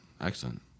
Excellent